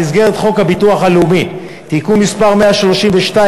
במסגרת חוק הביטוח הלאומי (תיקון מס' 132,